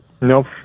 Nope